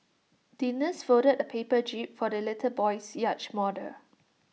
the nurse folded A paper jib for the little boy's yacht model